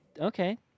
okay